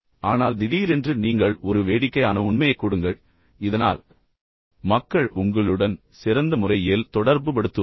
ஆனால் திடீரென்று நீங்கள் ஒரு வேடிக்கையான உண்மையை வேடிக்கையான கதையைக் கொடுங்கள் இதனால் மக்கள் உங்களுடன் சிறந்த முறையில் தொடர்புபடுத்துவார்கள்